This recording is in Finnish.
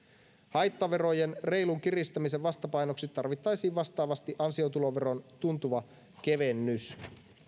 haittaverojen reilun kiristämisen vastapainoksi tarvittaisiin vastaavasti ansiotuloveron tuntuva kevennys